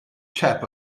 chap